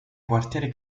quartieri